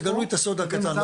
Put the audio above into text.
תגלו לי את הסוד הקטן,